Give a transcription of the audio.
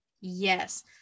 yes